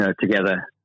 together